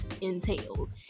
entails